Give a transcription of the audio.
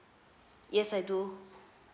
yes I do